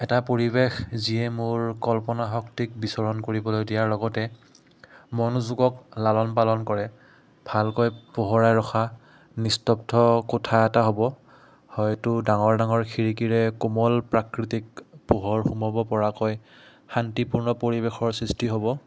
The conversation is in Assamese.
এটা পৰিৱেশ যিয়ে মোৰ কল্পনাশক্তিক বিচৰণ কৰিবলৈ দিয়াৰ লগতে মনোযোগক লালন পালন কৰে ভালকৈ পোহৰাই ৰখা নিস্তব্ধ কথা এটা হ'ব হয়তো ডাঙৰ ডাঙৰ খিৰিকিৰে কোমল প্ৰাকৃতিক পোহৰ সোমাব পৰাকৈ শান্তিপূৰ্ণ পৰিৱেশৰ সৃষ্টি হ'ব